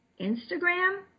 Instagram